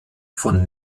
von